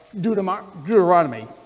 Deuteronomy